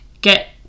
get